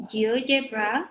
GeoGebra